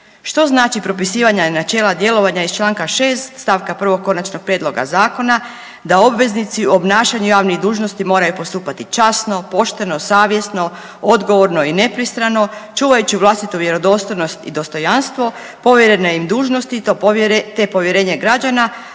Što znači propisivanje načela djelovanja iz članka 6. stavka 1. Konačnog prijedloga zakona? Da obveznici u obnašanju javnih dužnosti moraju postupati časno, pošteno, savjesno, odgovorno i nepristrano čuvajući vlastitu vjerodostojnost i dostojanstvo, povjerene im dužnosti te povjerenje građana